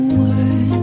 words